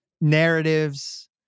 narratives